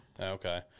Okay